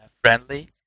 friendly